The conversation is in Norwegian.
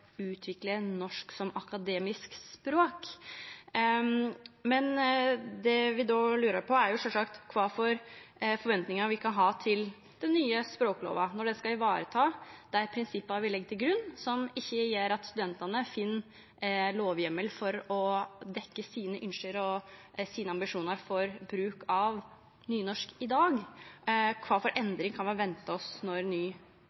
utvikla norsk som akademisk språk. Det vi då lurer på, er sjølvsagt kva forventningar vi kan ha til den nye språklova, som skal ta vare på dei prinsippa vi legg til grunn, og som gjer at studentane finn lovheimel for å få dekt sine ønske og ambisjonar for bruk av nynorsk i dag. Kva for endringar kan vi venta oss når